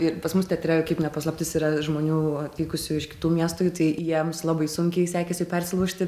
ir pas mus teatre kaip ne paslaptis yra žmonių atvykusių iš kitų miestų tai jiems labai sunkiai sekėsi persilaužti